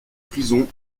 prison